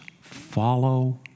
follow